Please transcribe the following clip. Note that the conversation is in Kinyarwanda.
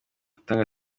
igihugu